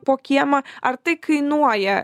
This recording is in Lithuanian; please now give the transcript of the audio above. po kiemą ar tai kainuoja